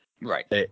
Right